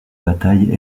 bataille